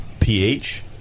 PH